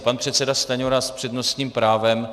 Pan předseda Stanjura s přednostním právem.